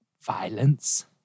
violence